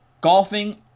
Golfing